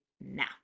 now